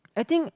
I think